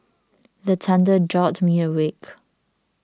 the thunder jolt me awake